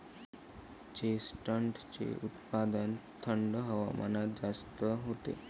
चेस्टनटचे उत्पादन थंड हवामानात जास्त होते